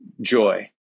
joy